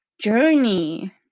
journey